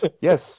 yes